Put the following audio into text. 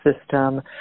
system